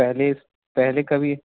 पहले इस पहले कभी